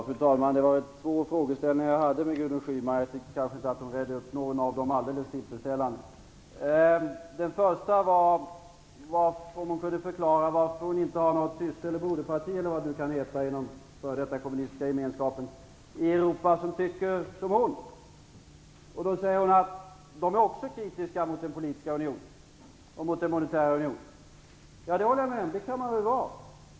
Fru talman! Jag hade två frågeställningar till Gudrun Schyman. Jag tycker inte att hon redde ut någon av dem alldeles tillfredsställande. Den första frågan var om hon kunde förklara varför hon inte har några syster eller broderpartier, eller vad det nu kan heta inom den f.d. kommunistiska gemenskapen i Europa, som tycker lika som hon. Hon säger att också de är kritiska mot den politiska unionen och mot den monetära unionen. Det kan man väl vara.